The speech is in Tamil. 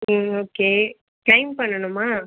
ம் ஓகே க்ளைம் பண்ணணுமா